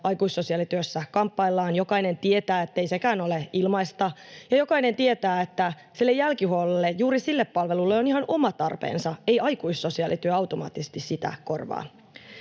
aikuissosiaalityössä kamppaillaan, jokainen tietää, ettei sekään ole ilmaista, ja jokainen tietää, että jälkihuollolle, juuri sille palvelulle, on ihan oma tarpeensa. Ei aikuissosiaalityö automaattisesti sitä korvaa.